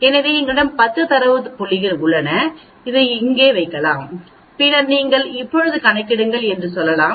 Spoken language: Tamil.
எனவே எங்களிடம் 10 தரவு புள்ளிகள் உள்ளன இதை இங்கே வைக்கலாம் பின்னர் நீங்கள் இப்போது கணக்கிடுங்கள் என்று சொல்லலாம்